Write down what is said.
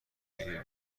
بگیرید